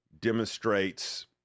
demonstrates